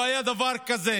לא היה דבר כזה.